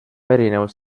erinevus